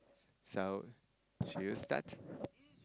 so should you start